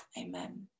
amen